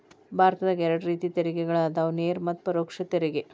ಭಾರತದಾಗ ಎರಡ ರೇತಿ ತೆರಿಗೆಗಳದಾವ ನೇರ ಮತ್ತ ಪರೋಕ್ಷ ತೆರಿಗೆ